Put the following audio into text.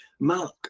Mark